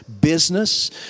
business